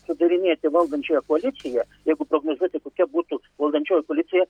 sudarinėti valdančiąją koaliciją jeigu prognozuoti kokia būtų valdančioji koalicija